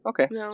Okay